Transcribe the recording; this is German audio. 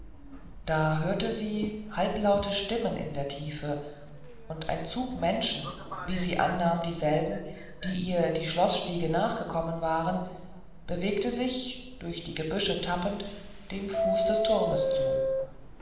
da hörte sie halblaute stimmen in der tiefe und ein zug menschen wie sie annahm dieselben die ihr die schloßstiege nachgekommen waren bewegte sich durch die gebüsche tappend dem fuß des turmes zu